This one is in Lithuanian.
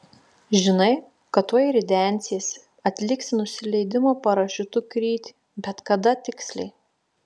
žinai kad tuoj ridensiesi atliksi nusileidimo parašiutu krytį bet kada tiksliai